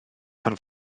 pan